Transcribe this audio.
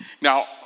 Now